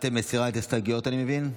את מסירה את ההסתייגויות, אני מבין?